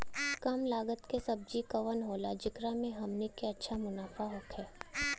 कम लागत के सब्जी कवन होला जेकरा में हमनी के अच्छा मुनाफा होखे?